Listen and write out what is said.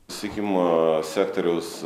susisiekimo sektoriaus